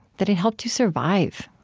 that it helped you survive